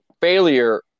failure